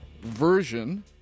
version